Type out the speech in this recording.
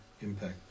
impact